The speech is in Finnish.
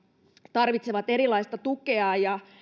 tarvitsevat erilaista tukea ja